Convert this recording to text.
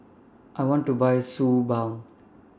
I want to Buy Suu Balm